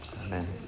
Amen